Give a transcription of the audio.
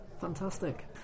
fantastic